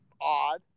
odd